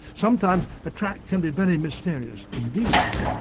sometimes a track can be very mysterious indeed.